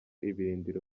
ibirindiro